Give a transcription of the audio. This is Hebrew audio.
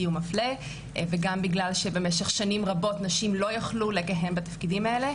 מפלה וגם בגלל שבמשך שנים רבות נשים לא יכלו לכהן בתפקידים האלה.